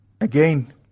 Again